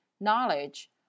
knowledge